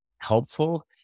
helpful